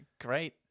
great